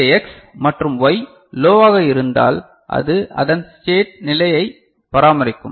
இந்த எக்ஸ் மற்றும் ஒய் லோவாக இருந்தால் அது அதன் ஸ்டேட் நிலையை பராமரிக்கும்